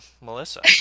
Melissa